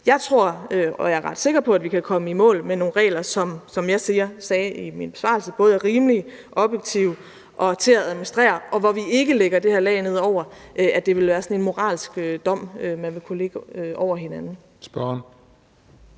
Jeg tror og er også ret sikker på, at vi kan komme i mål med nogle regler, som er, som jeg sagde i min besvarelse, både rimelige, objektive og til at administrere, og hvor vi ikke lægger det her lag ned over – altså sådan en moralsk dom, man vil kunne lægge ned over hinanden. Kl.